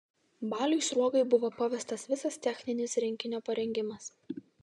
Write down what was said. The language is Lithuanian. baliui sruogai buvo pavestas visas techninis rinkinio parengimas